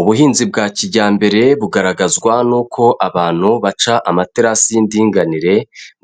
Ubuhinzi bwa kijyambere bugaragazwa n'uko abantu baca amaterasi y'indinganire